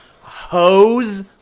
Hose